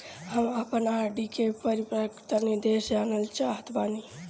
हम आपन आर.डी के परिपक्वता निर्देश जानल चाहत बानी